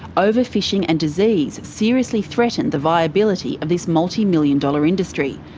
overfishing and disease seriously threatened the viability of this multi million dollar industry.